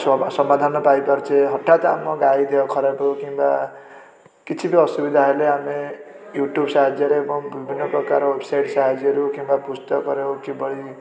ସମାଧାନ ପାଇପାରୁଛେ ହଠାତ୍ ଆମ ଗାଈ ଦେହ ଖରାପ ହେଉ କିମ୍ବା କିଛି ବି ଅସୁବିଧା ହେଲେ ଆମେ ୟୁଟ୍ୟୁବ୍ ସାହାଯ୍ୟରେ କିମ୍ବା ବିଭିନ୍ନପ୍ରକାର ୱେବସାଇଟ୍ ସାହାଯ୍ୟରୁ କିମ୍ବା ପୁସ୍ତକରେ ହେଉ କିଭଳି